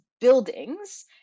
buildings